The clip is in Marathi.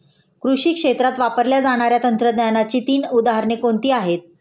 कृषी क्षेत्रात वापरल्या जाणाऱ्या तंत्रज्ञानाची तीन उदाहरणे कोणती आहेत?